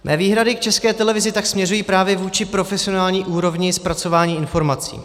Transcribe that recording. Mé výhrady k České televizi tak směřují právě vůči profesionální úrovni zpracování informací.